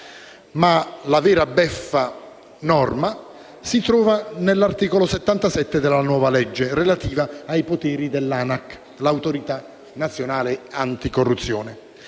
Ma la vera norma-beffa si trova all'articolo 77 della nuova legge, relativa ai poteri dell'Autorità nazionale anticorruzione